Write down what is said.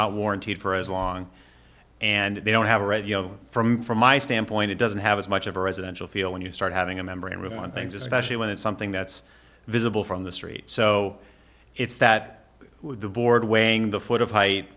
not warranted for as long and they don't have a radio from from my standpoint it doesn't have as much of a residential feel when you start having a membrane really want things especially when it's something that's visible from the street so it's that the board weighing the foot of height